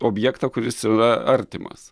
objektą kuris yra artimas